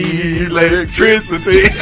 electricity